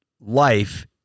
life